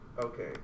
Okay